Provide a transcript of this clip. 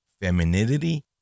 Femininity